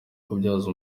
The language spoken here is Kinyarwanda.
kubyaza